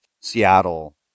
Seattle